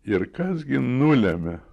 ir kas gi nulemia